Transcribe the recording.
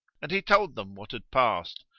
and he told them what had passed,